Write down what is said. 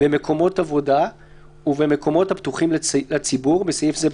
במקומות עבודה ובמקומות הפתוחים לציבור (בסעיף זה,